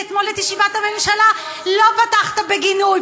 כי אתמול את ישיבת הממשלה לא פתחת בגינוי.